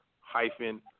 hyphen